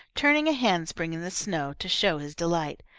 turning a handspring in the snow to show his delight.